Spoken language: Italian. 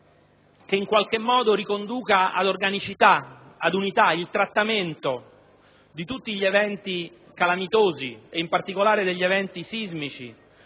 legge quadro che riconduca ad organicità ed unità il trattamento di tutti gli eventi calamitosi e, in particolare, degli eventi sismici,